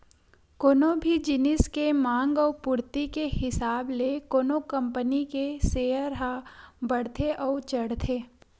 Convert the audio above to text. कोनो भी जिनिस के मांग अउ पूरति के हिसाब ले कोनो कंपनी के सेयर ह बड़थे अउ चढ़थे